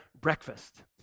breakfast